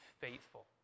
faithful